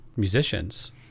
musicians